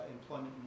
employment